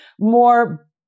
more